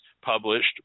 published